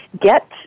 get